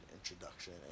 introduction